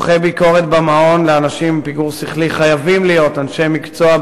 עורכי ביקורת במעון לאנשים עם פיגור שכלי חייבים להיות אנשי מקצוע,